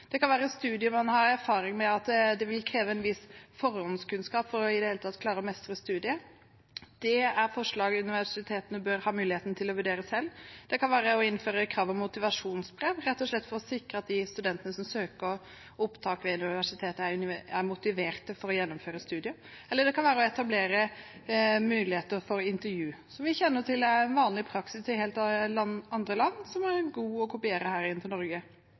Det kan være studier man har erfaring med vil kreve en viss forhåndskunnskap for i det hele tatt å klare å mestre. Det er forslag universitetene bør ha muligheten til å vurdere selv. Det kan være å innføre krav om motivasjonsbrev, rett og slett for å sikre at de studentene som søker opptak ved universitetet, er motivert for å gjennomføre studiet, eller det kan være å etablere muligheter for intervju, som vi kjenner til er vanlig praksis i andre land, og som er greit å kopiere inn til Norge.